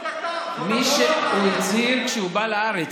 מי שהצהיר כשהוא בא לארץ,